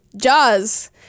Jaws